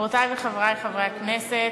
חברותי וחברי חברי הכנסת,